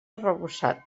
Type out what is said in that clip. arrebossat